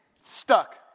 stuck